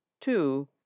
Two